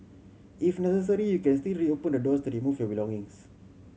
if necessary you can still reopen the doors to remove your belongings